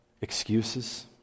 excuses